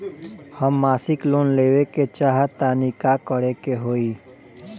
हम मासिक लोन लेवे के चाह तानि का करे के होई?